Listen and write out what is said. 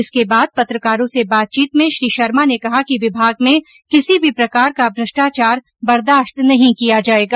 इसके बाद पत्रकारों से बातचीत में श्री शर्मा ने कहा कि विभाग में किसी भी प्रकार का भ्रष्टाचार बर्दाश्त नहीं किया जाएगा